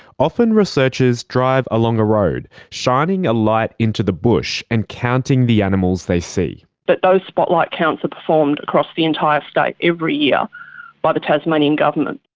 often researchers drive along a road, shining a light into the bush and counting the animals they see. but those spotlight counts are performed across the entire state every year by the tasmanian government.